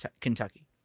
Kentucky